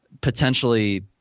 potentially